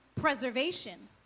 preservation